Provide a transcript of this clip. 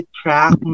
track